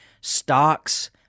stocks